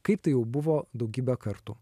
kaip tai jau buvo daugybę kartų